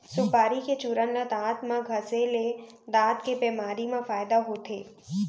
सुपारी के चूरन ल दांत म घँसे ले दांत के बेमारी म फायदा होथे